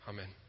Amen